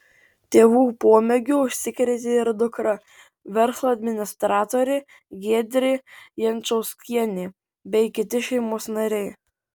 tėvų pomėgiu užsikrėtė ir dukra verslo administratorė giedrė jančauskienė bei kiti šeimos nariai